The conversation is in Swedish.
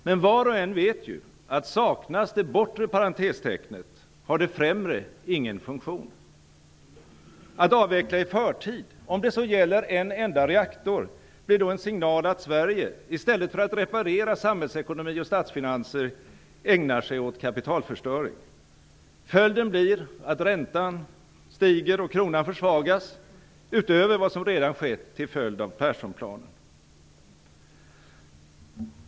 Men var och en vet ju att om det bortre parentestecknet saknas, har det främre ingen funktion. Att avveckla i förtid - om det så gäller en enda reaktor - blir då en signal att Sverige i stället för att reparera samhällsekonomi och statsfinanser ägnar sig åt kapitalförstöring. Följden blir att räntan stiger och kronan försvagas - utöver vad som redan skett till följd av Perssonplanen.